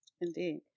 Indeed